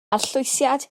arllwysiad